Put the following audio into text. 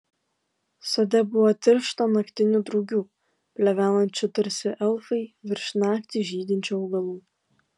sode buvo tiršta naktinių drugių plevenančių tarsi elfai virš naktį žydinčių augalų